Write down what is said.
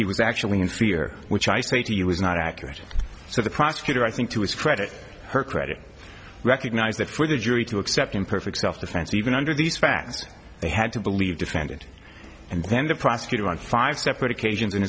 he was actually in fear which i say to you was not accurate so the prosecutor i think to his credit her credit recognized that for the jury to accept imperfect self defense even under these facts they had to believe defendant and then the prosecutor on five separate occasions